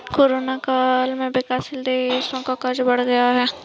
Corona काल में विकासशील देशों का कर्ज क्यों बढ़ गया है?